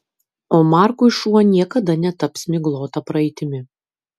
o markui šuo niekada netaps miglota praeitimi